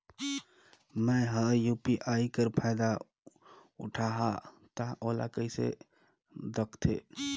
मैं ह यू.पी.आई कर फायदा उठाहा ता ओला कइसे दखथे?